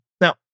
Now